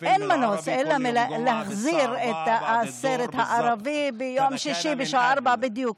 אין מנוס מלהחזיר את הסרט הערבי ביום שישי בשעה 16:00 בדיוק,